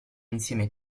insieme